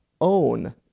own